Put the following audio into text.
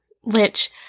Which-